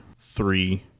three